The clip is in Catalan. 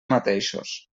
mateixos